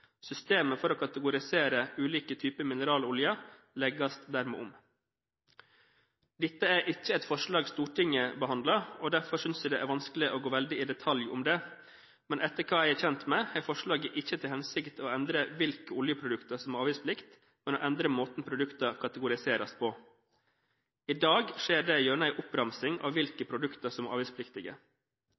Systemet for å kategorisere ulike typer mineralolje legges dermed om. Dette er ikke et forslag Stortinget behandler, og derfor synes jeg det er vanskelig å gå veldig i detalj på det. Etter hva jeg er kjent med, har forslaget ikke til hensikt å endre hvilke oljeprodukter som har avgiftsplikt, men å endre måten produktene kategoriseres på. I dag skjer det gjennom en oppramsing av hvilke produkter som er avgiftspliktige.